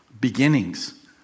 beginnings